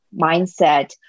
mindset